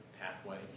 pathway